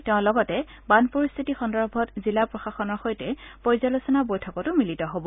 তেওঁ লগতে বান পৰিস্থিতি সন্দৰ্ভত জিলা প্ৰশাসনৰ সৈতে পৰ্যালোচনা বৈঠকতো মিলিত হ'ব